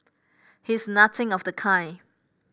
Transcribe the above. he is nothing of the kind